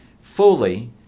fully